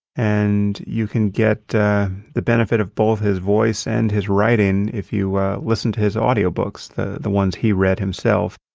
and you can get the benefit of both his voice and his writing if you listen to his audiobooks, the the ones he read himself.